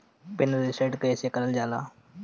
Pin reset कईसे करल जाला?